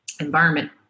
environment